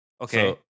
Okay